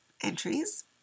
entries